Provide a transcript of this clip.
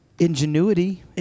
Ingenuity